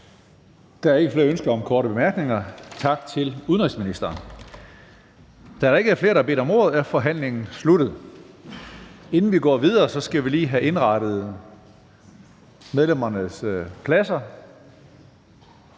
Der er ikke flere ønsker om korte bemærkninger. Tak til udenrigsministeren. Da der ikke er flere, der har bedt om ordet, er forhandlingen sluttet. Inden vi går videre, skal vi lige have indrettet medlemmernes pladser,